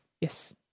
Yes